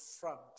front